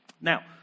Now